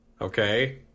Okay